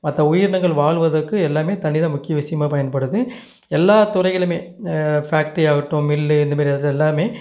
மற்ற உயிர் இனங்கள் வாழ்வதற்கு எல்லாம் தண்ணி தான் முக்கிய விஷயமா பயன்படுது எல்லா துறைகளும் இந்த ஃபேக்ட்ரி ஆகட்டும் மில்லு இந்த மாரி அது எல்லாம்